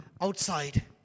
outside